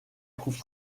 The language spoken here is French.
trouve